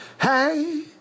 Hey